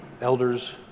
elders